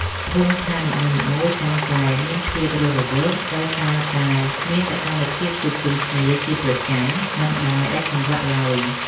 ភូមិដ្ឋាននីមួយៗតែងតែមានភាពរស់រវើកដោយសារតែមានសកម្មភាពជួបជុំគ្នាជាប្រចាំមិនដែលដាច់ចង្វាក់ឡើយ។